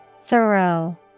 Thorough